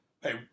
Hey